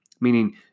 meaning